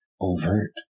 overt